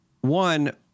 one